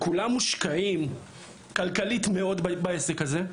כולם מושקעים כלכלית מאוד בעסק הזה,